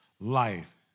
life